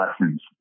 lessons